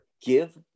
give